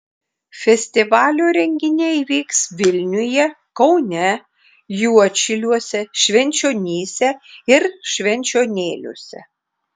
festivalio renginiai vyks vilniuje kaune juodšiliuose švenčionyse ir švenčionėliuose